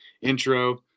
intro